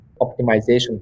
optimization